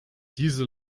diese